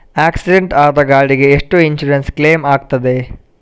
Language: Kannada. ಆಕ್ಸಿಡೆಂಟ್ ಆದ ಗಾಡಿಗೆ ಎಷ್ಟು ಇನ್ಸೂರೆನ್ಸ್ ಕ್ಲೇಮ್ ಆಗ್ತದೆ?